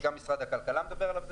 וגם משרד הכלכלה מדבר עליו.